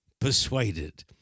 persuaded